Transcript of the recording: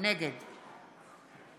נגד